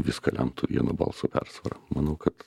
viską lemtų vieno balso persvara manau kad